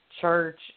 church